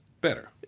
better